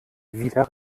wieder